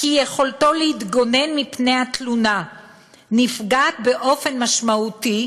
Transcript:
כי יכולתו להתגונן מפני התלונה נפגעת באופן משמעותי